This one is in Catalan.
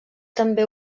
també